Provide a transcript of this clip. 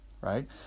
right